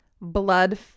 Blood